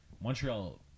Montreal